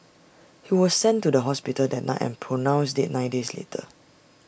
he was sent to the hospital that night and pronounced dead nine days later